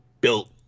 built